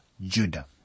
Judah